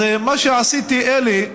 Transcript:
אז מה שעשיתי, אלי,